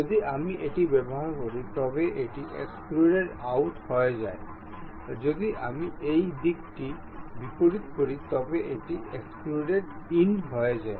যদি আমি এটি ব্যবহার করি তবে এটি এক্সট্রুড আউট হয়ে যায় যদি আমি এই দিকটি বিপরীত করি তবে এটি এক্সট্রুড ইন হয়েযায়